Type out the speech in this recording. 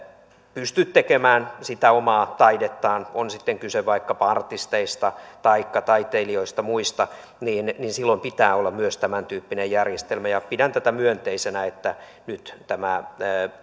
pysty tekemään sitä omaa taidettaan on sitten kyse vaikkapa artisteista taikka muista taiteilijoista silloin pitää olla myös tämäntyyppinen järjestelmä ja pidän tätä myönteisenä että nyt tämä